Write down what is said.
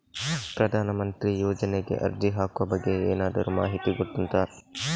ಪ್ರಧಾನ ಮಂತ್ರಿ ಯೋಜನೆಗೆ ಅರ್ಜಿ ಹಾಕುವ ಬಗ್ಗೆ ಏನಾದರೂ ಮಾಹಿತಿ ಗೊತ್ತುಂಟ?